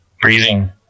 breathing